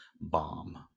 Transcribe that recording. Bomb